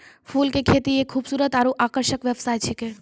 फूल के खेती एक खूबसूरत आरु आकर्षक व्यवसाय छिकै